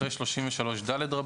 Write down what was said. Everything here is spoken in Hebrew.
אחרי "33ד,"